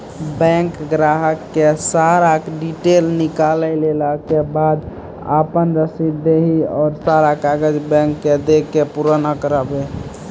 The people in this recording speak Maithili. बैंक ग्राहक के सारा डीटेल निकालैला के बाद आपन रसीद देहि और सारा कागज बैंक के दे के पुराना करावे?